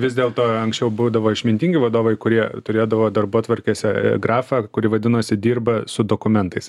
vis dėl to anksčiau būdavo išmintingi vadovai kurie turėdavo darbotvarkėse grafą kuri vadinosi dirba su dokumentais